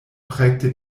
prägte